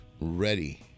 ready